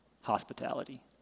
hospitality